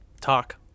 talk